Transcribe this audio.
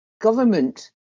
government